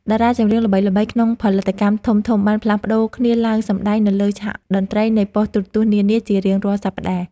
តារាចម្រៀងល្បីៗក្នុងផលិតកម្មធំៗបានផ្លាស់ប្តូរគ្នាឡើងសម្តែងនៅលើឆាកតន្ត្រីនៃប៉ុស្តិ៍ទូរទស្សន៍នានាជារៀងរាល់សប្តាហ៍។